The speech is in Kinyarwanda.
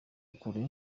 kure